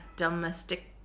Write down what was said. Domestic